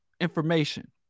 information